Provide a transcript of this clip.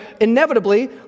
inevitably